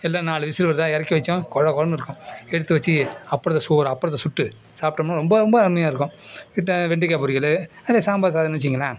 எல்லாம் நாலு விசிலு வருதா இறக்கி வைச்சோம் கொழ கொழனு இருக்கும் எடுத்து வெச்சு அப்பளத்தை சோறு அப்பளத்தை சுட்டு சாப்பிட்டோம்னா ரொம்ப ரொம்ப அருமையாக இருக்கும் கிட்டே வெண்டிக்காய் பொரியல் அதே சாம்பார் சாதன்னு வெச்சிக்கிங்களேன்